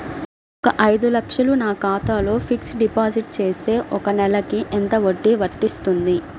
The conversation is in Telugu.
ఒక ఐదు లక్షలు నా ఖాతాలో ఫ్లెక్సీ డిపాజిట్ చేస్తే ఒక నెలకి ఎంత వడ్డీ వర్తిస్తుంది?